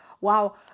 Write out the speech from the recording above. Wow